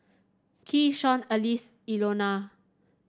Keyshawn Alize Ilona